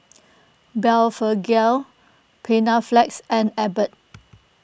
Blephagel Panaflex and Abbott